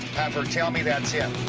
have her tell me that's him.